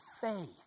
faith